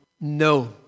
no